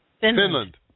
Finland